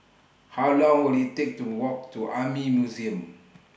How Long Will IT Take to Walk to Army Museum